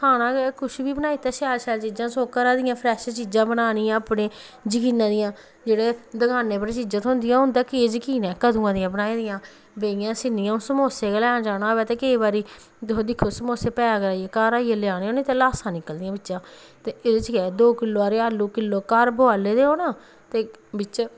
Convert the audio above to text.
खाना गै किश बी बनाई दित्ता शैल शैल घरा दियां फ्रैश चीजां बनानियां अपने जकीना दियां जेह्ड़े दकानां पर चीजां थ्होंदियां ओह्दा केह् ज़कीन ऐ कदुआं दियां बनाई दियां बेहियां सिन्नियां हून समोसे गै लैन जाना होऐ ते केईं बारी तुस दिक्खो समोसे पैक कराइयै घरा आई लेआने होन ते लाशां निकलदियां बिच्चा दा ते एह्दै च केह् दो किल्लो हारे आलू घर बोआले दे होन ते बिच्च